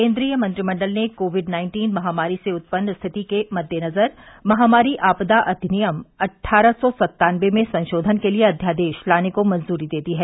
केंद्रीय मंत्रिमंडल ने कोविड नाइन्टीन महामारी से उत्पन्न स्थिति के मद्देनजर महामारी आपदा अधिनियम अट्ठारह सौ सत्तानबे में संशोधन के लिए अध्यादेश लाने को मंजूरी दे दी है